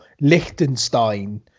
Liechtenstein